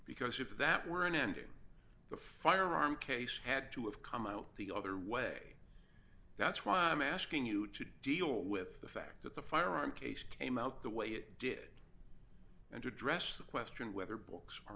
because if that were an ending the firearm case had to have come out the other way that's why i'm asking you to deal with the fact that the firearm case came out the way it did and to address the question whether books are